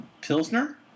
Pilsner